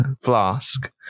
flask